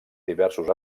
diversos